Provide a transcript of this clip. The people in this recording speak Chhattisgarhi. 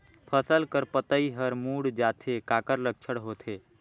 फसल कर पतइ हर मुड़ जाथे काकर लक्षण होथे?